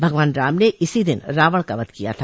भगवान राम र्ने इसी दिन रावण का वध किया था